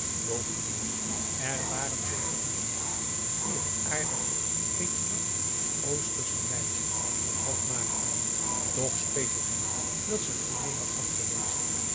bovendien er waren zooveel jongelui die het aardige pétillante oostersche meisje t hof maakten toch speet het hem dat ze fournier had afgewezen